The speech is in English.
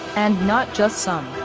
and not just some.